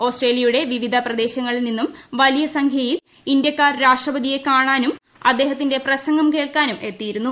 ഓസ്ട്രേലിയയുടെ വിവിധ പ്രദേശങ്ങളിൽ നിന്നും വലിയ സംഖ്യയിൽ ഇന്ത്യക്കാർ രാഷ്ട്രപതിയെ കാണാനും അദ്ദേഹത്തിന്റെ പ്രസംഗം കേൾക്കാനും എത്തിയിരുന്നു